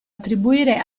attribuire